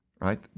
Right